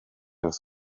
wrth